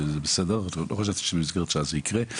לא חשבתי שבמסגרת שעה זה יקרה.